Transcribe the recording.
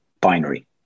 binary